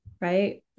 right